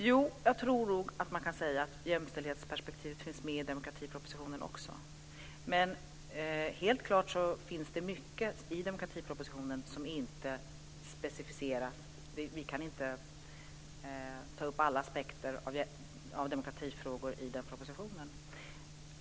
Jo, jag tror nog att man kan säga att jämställdhetsperspektivet finns med också i demokratipropositionen, men helt klart finns det mycket som inte specificeras i den propositionen. Vi kan inte ta upp alla aspekter av demokratifrågor i propositionen.